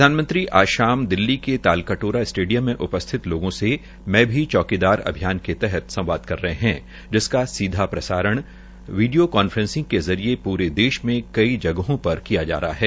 प्रधानमंत्री आज शाम दिल्ली के तालकटोरा स्टेडियम में उपस्थित लोगों में से भी चौकीदार अभियान के तहत संवाद कर रहे है जिसका सीधा प्रसारण वीडियो कांफ्रेसिंग के जरिये प्रे देश में कई जगहों पर किया जा रहा है